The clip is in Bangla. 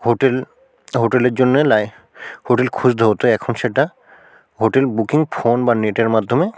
হোটেল হোটেলের জন্যে লাই হোটেল খুঁজতে হত এখন সেটা হোটেল বুকিং ফোন বা নেটের মাধ্যমে